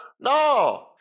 No